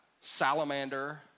salamander